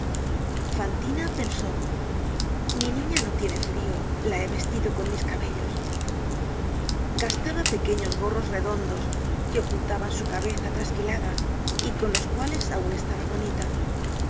tiritando fantina pensó mi niña no tiene frio la he vestido con mis cabellos gastaba pequeños gorros redondos que ocultaban su cabeza trasquilada y con los cuales aun estaba bonita